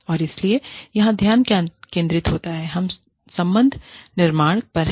और इसलिए यहाँ ध्यान केंद्रित होता है संबंध निर्माण पर है